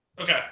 Okay